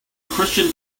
christian